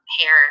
hair